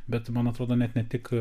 bet man atrodo net ne tik